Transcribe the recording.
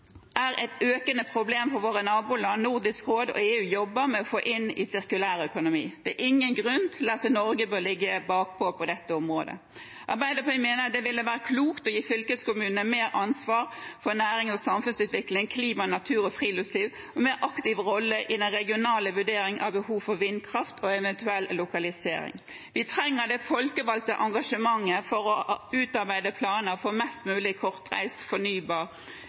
er et økende problem som våre naboland, Nordisk råd og EU jobber med å få inn i sirkulær økonomi. Det er ingen grunn til at Norge bør ligge bakpå på dette området. Arbeiderpartiet mener det ville være klokt å gi fylkeskommunene med ansvar for nærings- og samfunnsutvikling, klima, natur og friluftsliv en mer aktiv rolle i den regionale vurderingen av behovet for vindkraft og eventuell lokalisering. Vi trenger det folkevalgte engasjementet for å utarbeide planer for mest mulig kortreist fornybar